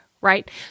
right